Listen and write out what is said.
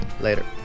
Later